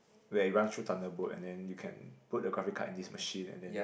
where it runs through thunderbolt and then you can put a graphic card in this machine and then